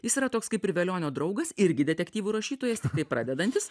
jis yra toks kaip ir velionio draugas irgi detektyvų rašytojas tiktai pradedantis